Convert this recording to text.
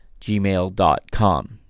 gmail.com